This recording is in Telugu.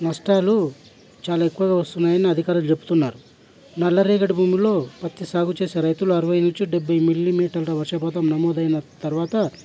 నష్టాలు చాలా ఎక్కువగా వస్తున్నాయని అధికారులు చెబుతున్నారు నల్లరేగడి భూముల్లో పత్తి సాగు చేసే రైతులు అరవై నుంచి డెబ్భై మిల్లీమీటర్ల వర్షపాతం నమోదైన తరువాత